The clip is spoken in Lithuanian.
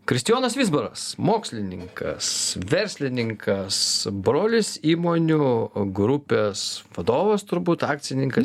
kristijonas vizbaras mokslininkas verslininkas brolis įmonių grupės vadovas turbūt akcininkas